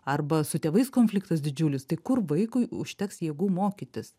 arba su tėvais konfliktas didžiulis tai kur vaikui užteks jėgų mokytis